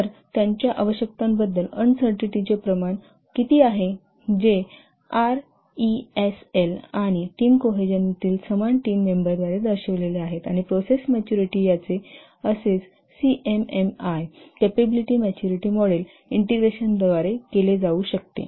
तर त्यांच्या आवश्यकतांबद्दल अनसर्टन्टीटीचे प्रमाण किती आहे जे आरईएसएल आणि टीम कोहेशनतील समान टीम मेंबरद्वारे दर्शविलेले आहे आणि प्रोसेस मॅच्युरिटी याचे assess CMMI capability maturity model इंटिग्रेशनद्वारे केले जाऊ शकते